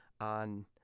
on